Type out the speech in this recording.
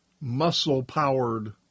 muscle-powered